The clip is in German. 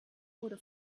wurde